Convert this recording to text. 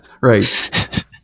Right